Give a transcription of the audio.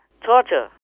torture